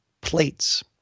plates